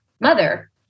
mother